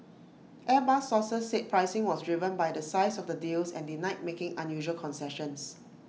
airbus sources said pricing was driven by the size of the deals and denied making unusual concessions